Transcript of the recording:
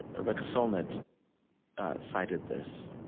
rebecca solnit cited this.